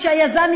היזם.